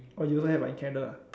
you also have in Canada